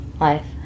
Life